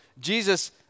Jesus